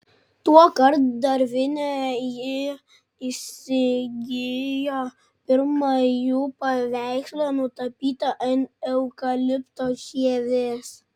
tuokart darvine ji įsigijo pirmą jų paveikslą nutapytą ant eukalipto žievės